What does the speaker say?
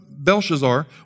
Belshazzar